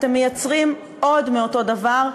אתם מייצרים עוד מאותו דבר,